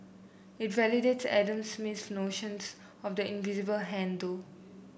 it validates Adam Smith's notions of the invisible hand though